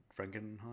Frankenheim